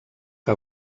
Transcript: que